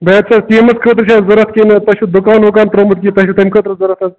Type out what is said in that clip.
bat چھا حظ teams خٲطرٕ چھا حظ ضوٚرت کِنۍ تۄہہِ چھو دُکان وُکان ترٛومُت کیٚنٛہہ تۄہہِ چھو تمہِ خٲطرٕ ضوٚرت حظ